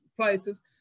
places